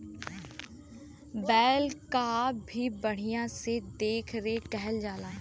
बैल क भी बढ़िया से देख रेख करल जाला